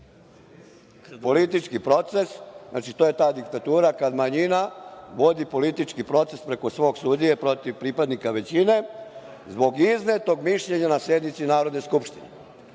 politički proces? Znači, to je ta diktatura kad manjina vodi politički proces preko svog sudije, protiv pripadnika većine zbog iznetog mišljenja na sednici Narodne skupštine.